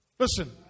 Listen